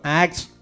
acts